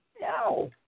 No